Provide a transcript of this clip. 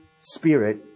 Spirit